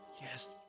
Yes